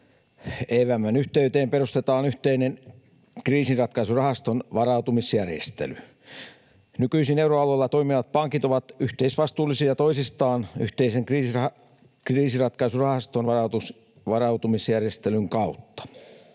EVM:n yhteyteen perustetaan yhteinen kriisinratkaisurahaston varautumisjärjestely. Nykyisin euroalueella toimivat pankit ovat yhteisvastuullisia toisistaan yhteisen kriisinratkaisurahaston varautumisjärjestelyn kautta.